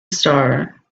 star